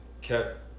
kept